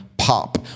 pop